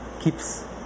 keeps